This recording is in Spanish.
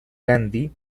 gandhi